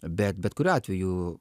bet bet kuriuo atveju